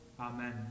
Amen